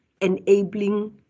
enabling